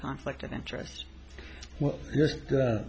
conflict of interest